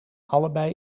allebei